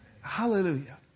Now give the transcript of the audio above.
Hallelujah